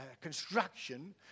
construction